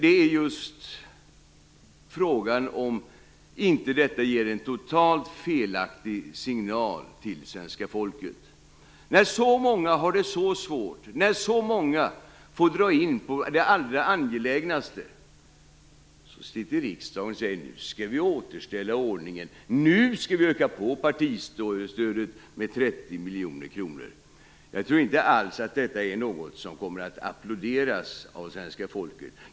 Det är just frågan, om inte detta ger en totalt felaktig signal till svenska folket. När så många har det så svårt, när så många får dra in på det allra angelägnaste, säger riksdagen: Nu skall vi återställa ordningen. Jag tror inte alls att detta är något som kommer att applåderas av svenska folket.